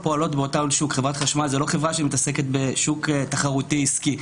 חברת חשמל זאת לא חברה שמתעסקת בשוק תחרותי עסקי.